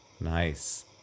Nice